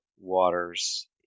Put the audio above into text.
waters